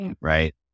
Right